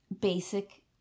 basic